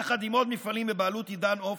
יחד עם עוד מפעלים בבעלות עידן עופר,